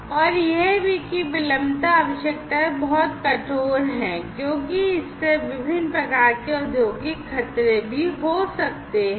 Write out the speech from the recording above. और यह भी कि विलंबता आवश्यकताएं बहुत कठोर हैं क्योंकि इससे विभिन्न प्रकार के औद्योगिक खतरे भी हो सकते हैं